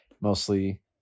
mostly